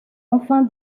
enfin